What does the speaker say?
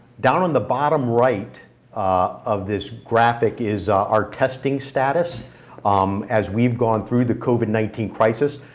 down on the bottom right of this graphic is our testing status um as we've gone through the covid nineteen crisis.